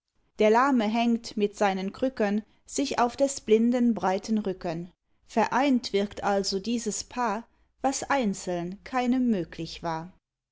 der lahme hängt mit seinen krücken sich auf des blinden breiten rücken vereint wirkt also dieses paar was einzeln keinem möglich war